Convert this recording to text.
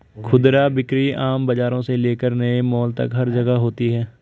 खुदरा बिक्री आम बाजारों से लेकर नए मॉल तक हर जगह होती है